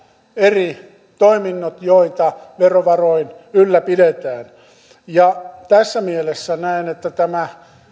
eri toiminnot joita verovaroin ylläpidetään tässä mielessä näen että tämä